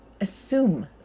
assume